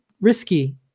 risky